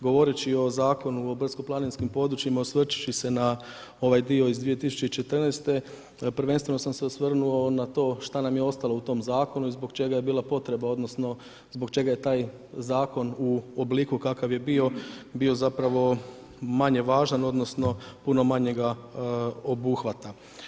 Govoreći o Zakonu o brdsko-planinskim područjima, osvrćući se na ovaj dio iz 2014., prvenstveno sam se osvrnuo šta nam je ostalo u tom Zakonu i zbog čega je bila potreba odnosno zbog čega je taj Zakon u obliku kakav je bio bio zapravo manje važan odnosno puno manje ga obuhvaća.